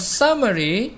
summary